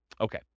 Okay